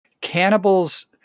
Cannibals